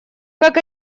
как